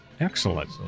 Excellent